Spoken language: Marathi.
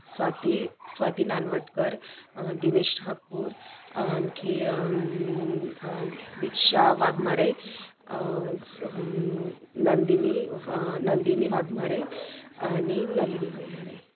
स्वाती स्वाती नानवटकर दिनेश ठाकूर आणखी दीक्षा वाघमारे स नंदिनी व नंदिनी वाघमारे आणि नलिनी वाघमारे